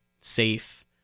safe